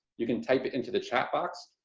you can type it into the chat box.